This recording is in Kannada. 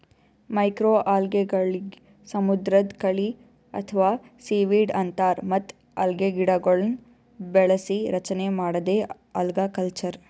ಮೈಕ್ರೋಅಲ್ಗೆಗಳಿಗ್ ಸಮುದ್ರದ್ ಕಳಿ ಅಥವಾ ಸೀವೀಡ್ ಅಂತಾರ್ ಮತ್ತ್ ಅಲ್ಗೆಗಿಡಗೊಳ್ನ್ ಬೆಳಸಿ ರಚನೆ ಮಾಡದೇ ಅಲ್ಗಕಲ್ಚರ್